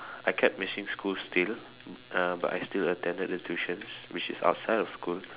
I kept missing school still uh but I still attended the tuitions which is outside of school